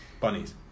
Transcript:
bunnies